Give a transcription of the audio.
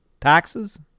Taxes